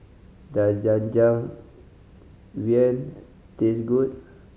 does taste good